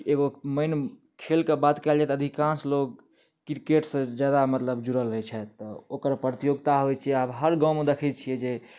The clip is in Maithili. एगो मैन खेलके बात कयल जाय तऽ अधिकांश लोग क्रिकेट सऽ जादा मतलब जुड़ल रहै छथि ओकर प्रतियोगिता होइ छै आब हर गावँ मे दखै छियै जे